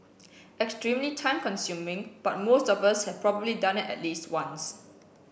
extremely time consuming but most of us have probably done it at least once